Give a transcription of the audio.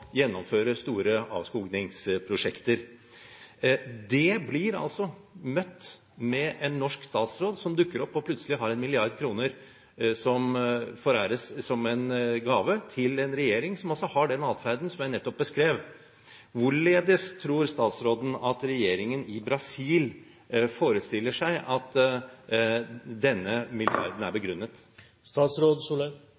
store avskogingsprosjekter. Det blir møtt av en norsk statsråd som dukker opp og plutselig har 1 mrd. kr, som foræres som en gave til en regjering som har den atferden jeg nettopp beskrev. Hvorledes tror statsråden at regjeringen i Brasil forestiller seg at denne milliarden er